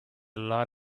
lot